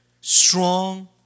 Strong